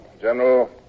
General